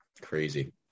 Crazy